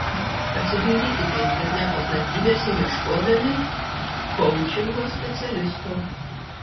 pasidairykite interneto platybėse ieškodami koučingo specialisto